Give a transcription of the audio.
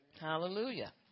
Hallelujah